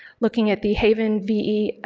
looking at the haven ve,